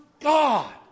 God